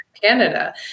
Canada